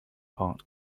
parked